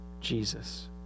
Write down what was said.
Jesus